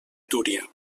túria